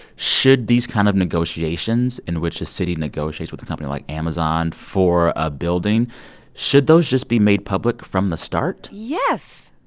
should these kind of negotiations in which a city negotiates with a company like amazon for a building should those just be made public from the start? yes.